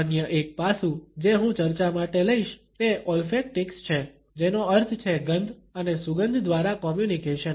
અન્ય એક પાસું જે હું ચર્ચા માટે લઈશ તે ઓલ્ફેક્ટિક્સ છે જેનો અર્થ છે ગંધ અને સુગંધ દ્વારા કોમ્યુનકેશન